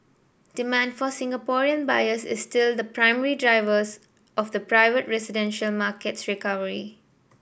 demand from Singaporean buyers is still the primary drivers of the private residential market's recovery